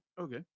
Okay